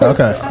Okay